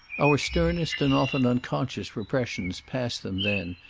our sternest and often unconscious repressions pass them then,